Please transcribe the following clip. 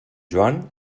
joan